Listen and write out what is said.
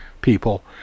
people